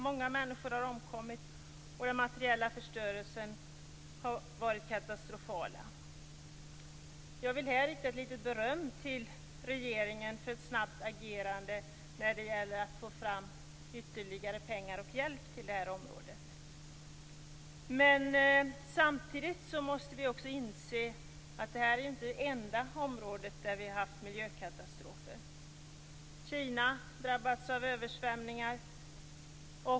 Många människor har omkommit och den materiella förstörelsen har varit katastrofal. Jag vill här rikta beröm till regeringen för ett snabbt agerande när det gällde att få fram ytterligare pengar och hjälp till det här området. Samtidigt måste vi också inse att detta inte är det enda område där vi har haft miljökatastrofer. Kina har drabbats av översvämningar.